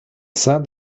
sand